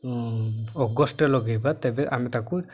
ଅଗଷ୍ଟ୍ରେ ଲଗାଇବା ତେବେ ଆମେ ତାକୁ